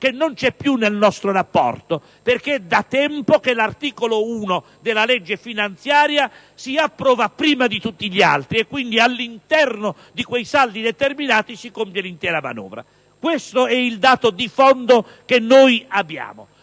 che non c'è più nel nostro rapporto. È infatti da tempo che l'articolo 1 della legge finanziaria si approva prima di tutti gli altri e che quindi all'interno di quei saldi determinati si compie l'intera manovra. Questo è il dato di fondo di cui dobbiamo